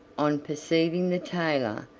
on perceiving the tailor,